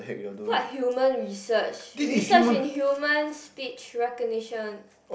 what human research research in human speech recognition